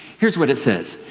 here's what it says,